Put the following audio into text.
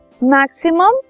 maximum